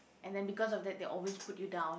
and then because of that they always put you down